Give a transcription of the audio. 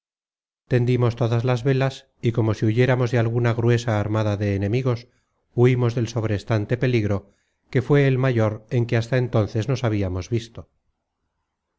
tendimos todas las velas y como si huyéramos de alguna gruesa armada de enemigos huimos del sobrestante peligro que fué el mayor en que hasta entonces nos habiamos visto